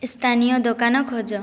ସ୍ଥାନୀୟ ଦୋକାନ ଖୋଜ